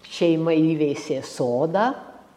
šeima įveisė sodą